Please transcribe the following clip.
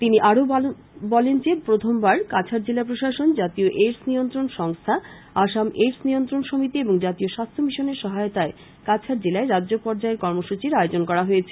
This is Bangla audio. তিনি আরো বলেন যে প্রথমবার কাছাড় জেলা প্রশাসন জাতীয় এইডস নিয়ন্ত্রণ সংস্থা আসাম এইডস নিয়ন্ত্রণ সমিতি এবং জাতীয় স্বাস্থ্য মিশনের সহায়তায় কাছাড় জেলায় রাজ্য পর্যায়ের কর্মসূচীর আয়োজন করা হয়েছে